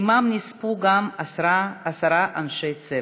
עמם נספו גם עשרה אנשי צוות.